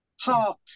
heart